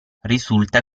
risulta